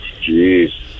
jeez